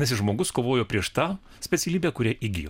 nes jis žmogus kovojo prieš tą specialybę kurią įgijo